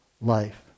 life